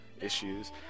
issues